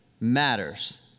matters